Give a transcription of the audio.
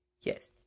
yes